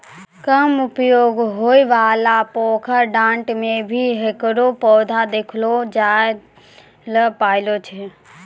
कम उपयोग होयवाला पोखर, डांड़ में भी हेकरो पौधा देखलो जाय ल पारै छो